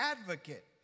advocate